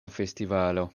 festivalo